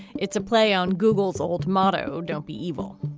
it's a play on google's old motto, don't be evil.